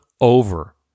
over